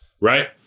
right